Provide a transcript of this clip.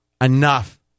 enough